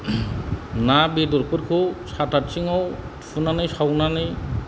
ना बेदरफोरखौ साथा आथिंआव थुनानै सावनानै